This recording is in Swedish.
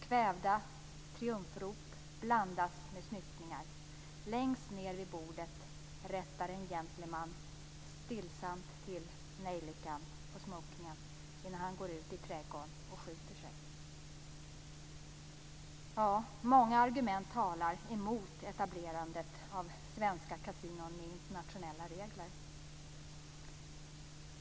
Kvävda triumfrop blandas med snyftningar. Längst ned vid bordet rättar en gentleman stillsamt till nejlikan på smokingen innan han går ut i trädgården och skjuter sig -". Många argument talar emot etablerandet av svenska kasinon med internationella regler.